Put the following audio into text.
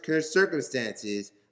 circumstances